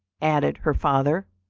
added her father.